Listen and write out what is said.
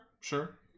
sure